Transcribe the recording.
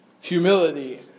Humility